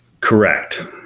correct